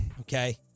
Okay